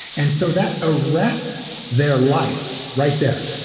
and so that arrest their life right there.